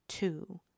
Two